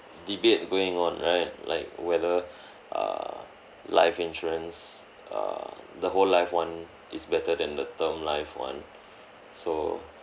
debate going on right like whether err life insurance err the whole life one is better than the term life one so